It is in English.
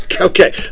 Okay